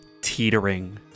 teetering